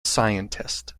scientist